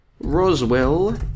Roswell